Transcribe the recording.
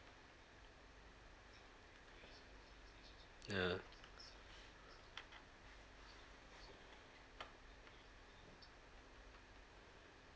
ya